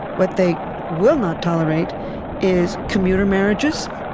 what they will not tolerate is commuter marriages,